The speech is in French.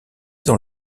dans